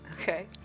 Okay